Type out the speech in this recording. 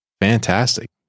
fantastic